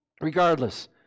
Regardless